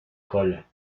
cola